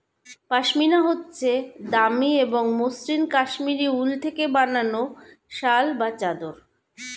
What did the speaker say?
পশমিনা হচ্ছে দামি এবং মসৃন কাশ্মীরি উল থেকে বানানো শাল বা চাদর